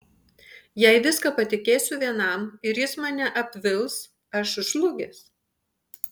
jei viską patikėsiu vienam ir jis mane apvils aš žlugęs